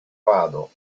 vado